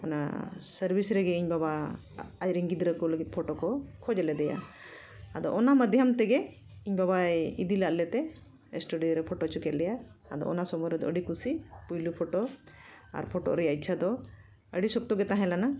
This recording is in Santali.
ᱚᱱᱟ ᱥᱟᱨᱵᱷᱤᱥ ᱨᱮᱜᱮ ᱤᱧ ᱵᱟᱵᱟ ᱟᱡᱨᱮᱱ ᱜᱤᱫᱽᱨᱟᱹ ᱠᱚ ᱞᱟᱹᱜᱤᱫ ᱯᱷᱳᱴᱳ ᱠᱚ ᱠᱷᱚᱡᱽ ᱞᱮᱫᱮᱭᱟ ᱟᱫᱚ ᱚᱱᱟ ᱢᱟᱫᱽᱫᱷᱚᱢ ᱛᱮᱜᱮ ᱤᱧ ᱵᱟᱵᱟᱭ ᱤᱫᱤ ᱞᱮᱫ ᱞᱮᱛᱮ ᱥᱴᱩᱰᱤᱭᱳ ᱨᱮ ᱯᱷᱳᱴᱳ ᱪᱚ ᱠᱮᱫ ᱞᱮᱭᱟᱭ ᱟᱫᱚ ᱚᱱᱟ ᱥᱚᱢᱚᱭ ᱨᱮᱫᱚ ᱟᱹᱰᱤ ᱠᱩᱥᱤ ᱯᱳᱭᱞᱳ ᱯᱷᱳᱴᱳ ᱟᱨ ᱯᱷᱳᱴᱳᱜ ᱨᱮᱱᱟᱜ ᱤᱪᱪᱷᱟ ᱫᱚ ᱟᱹᱰᱤ ᱥᱚᱠᱛᱚᱜᱮ ᱛᱟᱦᱮᱸ ᱞᱮᱱᱟ